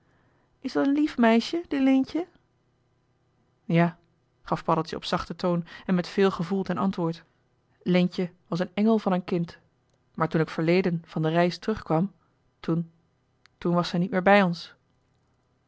is dat een lief meisje die leentje ja gaf paddeltje op zachten toon en met veel gevoel ten antwoord leentje was een engel van een kind maar toen ik verleden van de reis terugkwam toen toen was ze niet meer bij ons